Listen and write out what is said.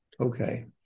okay